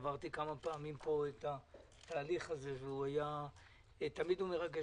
עברתי כמה פעמים את התהליך הזה והוא היה תמיד מרגש,